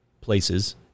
places